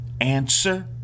Answer